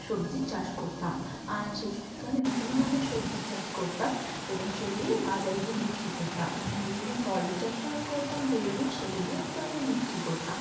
সবজির চাষ করতাম আমি সেই স সময় বিভিন্ন ধরনের সবজির চাষ করতাম এবং সেগুলি বাজারে গিয়ে বিক্রি করতাম বিভিন্ন ফলের চাষও আমি করতাম যেগুলিও সেগুলিও আমি বাজারে বিক্রি করতাম